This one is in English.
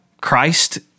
Christ